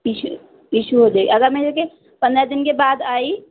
issue issue ہو جائے گی اگر میں یہ کہ پندرہ دن کے بعد آئی